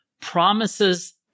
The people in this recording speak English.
promises